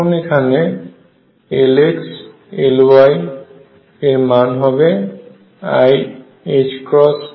এখন এখানে Lx Ly এর মান হবে iℏLz